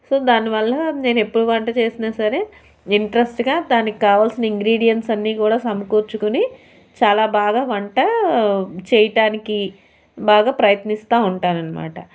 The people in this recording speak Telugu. సో దానివల్ల నేను ఎప్పుడూ వంట చేసినా సరే ఇంట్రెస్ట్గా దానికి కావాల్సిన ఇంగ్రిడియంట్స్ అన్నీ కూడా సమకూర్చుకొని చాలా బాగా వంట చేయడానికి బాగా ప్రయత్నిస్తూ ఉంటాను అన్నామాట